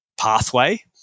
pathway